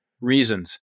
reasons